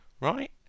right